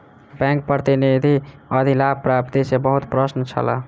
bank प्रतिनिधि अधिलाभ प्राप्ति सॅ बहुत प्रसन्न छला